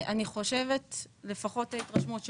אני חושבת וזו לפחות ההתרשמות שלי,